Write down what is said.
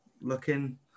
looking